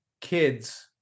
kids